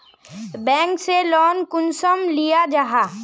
Bank से loan कुंसम लिया जाहा?